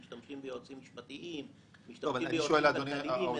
אנחנו משתמשים ביועצים משפטיים, ביועצים כלכליים.